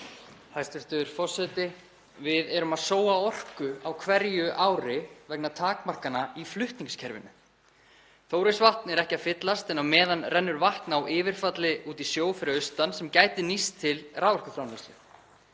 Hæstv. forseti. Við erum að sóa orku á hverju ári vegna takmarkana í flutningskerfinu. Þórisvatn er ekki að fyllast en á meðan rennur vatn á yfirfalli út í sjó fyrir austan sem gæti nýst til raforkuframleiðslu.